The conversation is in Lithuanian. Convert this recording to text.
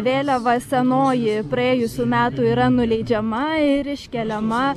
vėliava senoji praėjusių metų yra nuleidžiama ir iškeliama